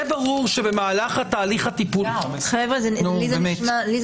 נו, באמת.